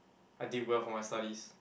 I did well for my studies